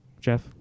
Jeff